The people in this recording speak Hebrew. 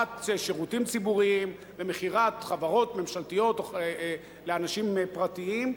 שירותים ציבוריים ומכירת חברות ממשלתיות לאנשים פרטיים.